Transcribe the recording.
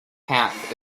path